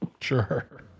Sure